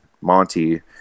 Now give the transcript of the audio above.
Monty